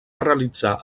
realitzar